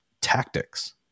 tactics